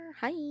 Hi